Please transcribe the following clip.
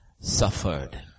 suffered